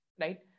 right